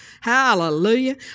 Hallelujah